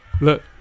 Look